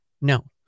no